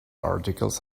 articles